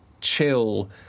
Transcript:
chill